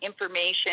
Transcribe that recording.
information